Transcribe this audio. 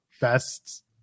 best